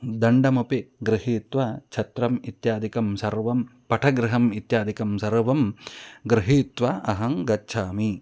दण्डमपि गृहीत्वा छत्रम् इत्यादिकं सर्वं पठगृहम् इत्यादिकं सर्वं गृहीत्वा अहं गच्छामि